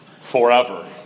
forever